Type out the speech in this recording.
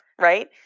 right